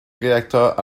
réacteurs